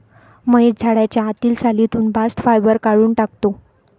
महेश झाडाच्या आतील सालीतून बास्ट फायबर काढून टाकतो